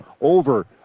over